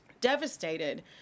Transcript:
devastated